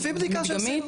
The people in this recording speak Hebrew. לפי בדיקה שעשינו.